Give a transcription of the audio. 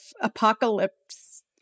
Apocalypse